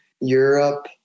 Europe